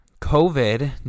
COVID